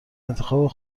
انتخاب